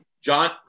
John